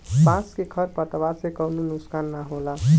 बांस के खर पतवार से कउनो नुकसान ना होला